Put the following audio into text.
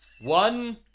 One